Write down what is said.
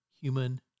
human